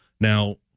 Now